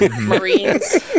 Marines